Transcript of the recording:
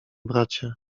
bracie